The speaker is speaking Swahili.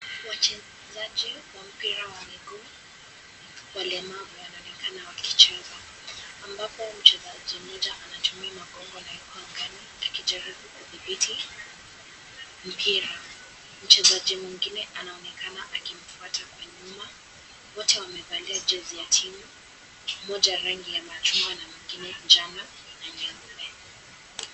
Wachezaji wa mpira wa miguu walemavu wanaonekana wakicheza ambapo mchezaji mmoja anatumia magonga na yuko mbali akijaribu kuthibiti mpira, mchezaji mwingine anaonekana akimfuata kwa nyuma wote wamevalia jezi ya timu moja rangi ya machungwa na mwingine njano na nyeupe.